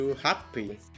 Happy